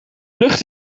lucht